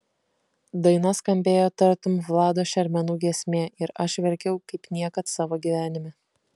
daina skambėjo tartum vlado šermenų giesmė ir aš verkiau kaip niekad savo gyvenime